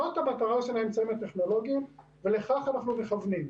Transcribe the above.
זו המטרה של האמצעים הטכנולוגיים ולכך אנחנו מכוונים.